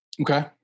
Okay